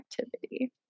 activity